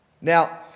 Now